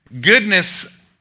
goodness